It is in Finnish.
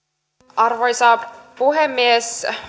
arvoisa puhemies